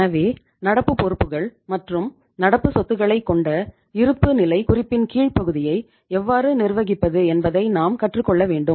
எனவே நடப்பு பொறுப்புகள் மற்றும் நடப்பு சொத்துக்களைக் கொண்ட இருப்புநிலைக் குறிப்பின் கீழ் பகுதியை எவ்வாறு நிர்வகிப்பது என்பதை நாம் கற்றுக் கொள்ள வேண்டும்